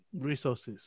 Resources